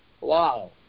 wow